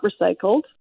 recycled